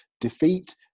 Defeat